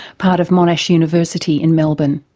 part of monash university in melbourne.